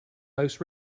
most